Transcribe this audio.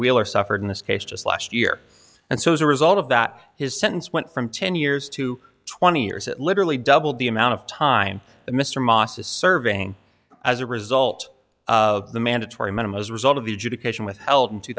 wheeler suffered in this case just last year and so as a result of that his sentence went from ten years to twenty years it literally doubled the amount of time that mr moss is serving as a result of the mandatory minimum as a result of the education withheld in two